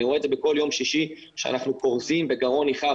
אני רואה את זה בכל יום שישי כשאנחנו כורזים בגרון ניחר,